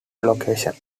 locations